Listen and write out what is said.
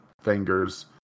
fingers